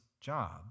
job